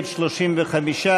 נגד,